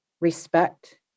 respect